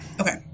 okay